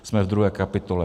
Jsme v druhé kapitole.